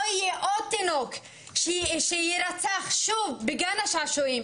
יהיה עוד תינוק שיירצח שוב בגן השעשועים?